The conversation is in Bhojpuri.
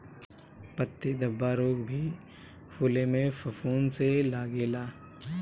पत्ती धब्बा रोग भी फुले में फफूंद से लागेला